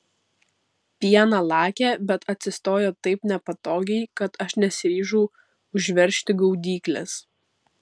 pieną lakė bet atsistojo taip nepatogiai kad aš nesiryžau užveržti gaudyklės